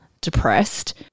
depressed